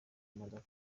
imodoka